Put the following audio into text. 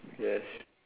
yes